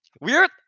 Weird